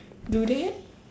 do that